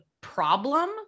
problem